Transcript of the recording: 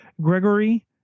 Gregory